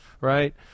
right